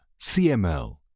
CML